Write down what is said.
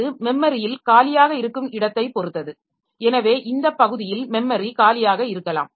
அது மெமரியில் காலியாக இருக்கும் இடத்தைப் பொறுத்தது எனவே இந்த பகுதியில் மெமரி காலியாக இருக்கலாம்